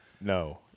No